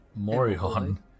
Morihon